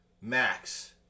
Max